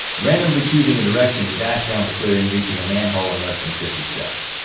randomly choosing a direction, he dashed down the clearing, reaching a manhole in less than fifty steps.